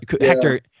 Hector